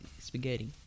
spaghetti